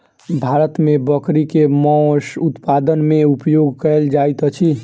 भारत मे बकरी के मौस उत्पादन मे उपयोग कयल जाइत अछि